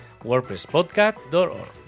wordpresspodcast.org